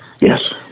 Yes